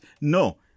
no